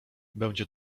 będzie